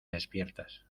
despiertas